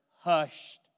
hushed